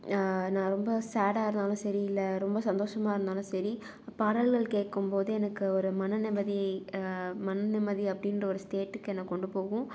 நா ரொம்ப ஸேடாக இருந்தாலும் சரி இல்லை ரொம்ப சந்தோஷமாக இருந்தாலும் சரி பாடல்கள் கேட்கும் போது எனக்கு ஒரு மன நிம்மதி மன நிம்மதி அப்படின்ற ஒரு ஸ்டேட்டுக்கு என்னை கொண்டு போகும்